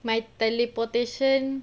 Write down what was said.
my teleportation